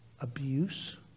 Abuse